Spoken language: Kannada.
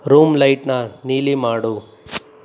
ರೂಮ್ ಲೈಟನ್ನ ನೀಲಿ ಮಾಡು